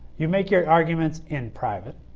you make your arguments in private